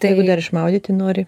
jeigu dar išmaudyti nori